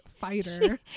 fighter